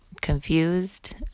confused